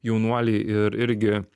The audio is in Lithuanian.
jaunuoliai ir irgi